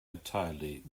entirely